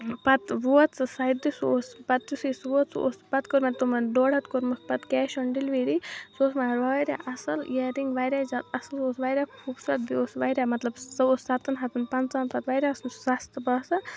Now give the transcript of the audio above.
پَتہٕ ووت سُہ سَتہِ دُہۍ سُہ اوس پَتہٕ تِتھُے سُہ ووت سُہ اوس پَتہٕ کوٚر مےٚ تمَن ڈۄڈ ہتھ کوٚرمَکھ پَتہٕ کیش آن ڈلؤری سُہ اوس مگر واریاہ اصل اِیررِنٛگ واریاہ زیادٕ اصل اوس واریاہ خوٗبصوٗرت بیٚیہِ اوس واریاہ مَطلَب سُہ اوس سَتَن ہَتَن پَنٛژَہَن پَتہٕ واریاہ اصل سَستہٕ باسان